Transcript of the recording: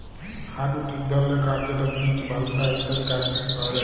hardwood ইক ধরলের কাঠ যেট বীচ, বালসা ইত্যাদি গাহাচ থ্যাকে পাউয়া যায়